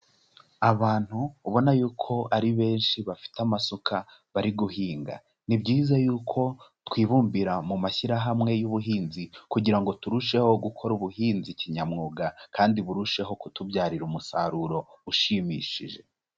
Abantu ubona yuko ari benshi bafite amasuka bari guhinga. Ni byiza yuko twibumbira mu mashyirahamwe y'ubuhinzi kugira ngo turusheho gukora ubuhinzi kinyamwuga kandi burusheho kutubyarira umusaruro ushimishije.